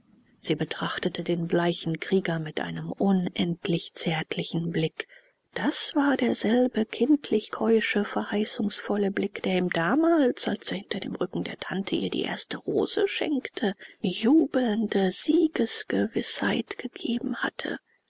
sie betrachtete den bleichen krieger mit einem unendlich zärtlichen blick das war derselbe kindlich keusche verheißungsvolle blick der ihm damals als er hinter dem rücken der tante ihr die erste rose schenkte jubelnde siegesgewißheit gegeben hatte